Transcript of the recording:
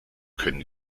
können